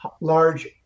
large